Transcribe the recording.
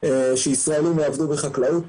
אם הממוצע של החקלאי הוא גיל ששים,